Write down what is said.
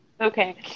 Okay